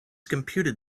computed